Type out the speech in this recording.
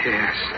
Yes